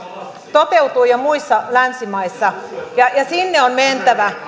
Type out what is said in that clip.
toteutuu jo muissa länsimaissa ja sinne on mentävä